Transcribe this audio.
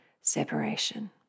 separation